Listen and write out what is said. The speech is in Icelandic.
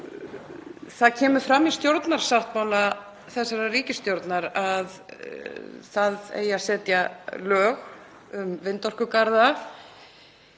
Það kemur fram í stjórnarsáttmála þessarar ríkisstjórnar að setja eigi lög um vindorkugarða.